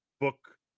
book